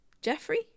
Jeffrey